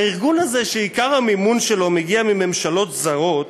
הארגון הזה, שעיקר המימון שלו מגיע מממשלות זרות,